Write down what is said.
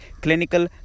clinical